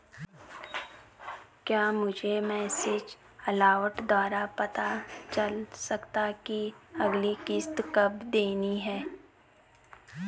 क्या मुझे message alert द्वारा पता चल सकता कि अगली किश्त कब देनी है?